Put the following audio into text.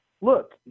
look